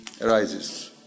arises